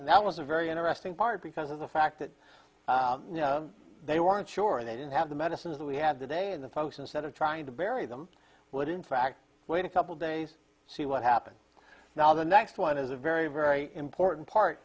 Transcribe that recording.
and that was a very interesting part because of the fact that they weren't sure they didn't have the medicines that we have today and the folks instead of trying to bury them would in fact wait a couple days to see what happens now the next one is a very very important part